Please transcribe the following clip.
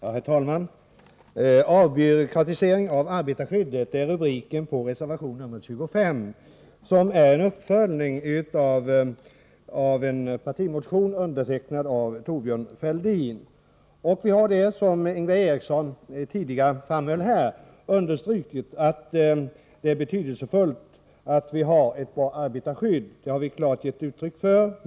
Herr talman! ”Avbyråkratisering av arbetarskyddet” är rubriken på reservation nr 25, som är uppföljningen av en partimotion undertecknad av Thorbjörn Fälldin m.fl. Vi har där, som Ingvar Eriksson tidigare framhöll, understrukit att det är betydelsefullt att vi har ett bra arbetarskydd. Vi har gett klart uttryck för detta.